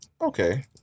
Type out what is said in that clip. Okay